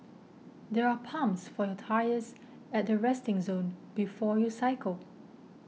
there are pumps for your tyres at the resting zone before you cycle